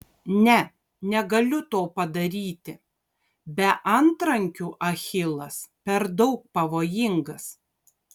ne negaliu to padaryti be antrankių achilas per daug pavojingas